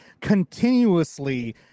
continuously